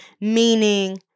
meaning